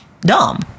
dumb